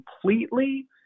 completely